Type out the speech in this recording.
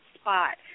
spot